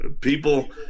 People